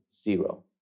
Zero